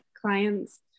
clients